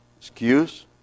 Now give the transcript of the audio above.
excuse